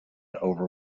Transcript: over